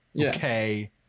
Okay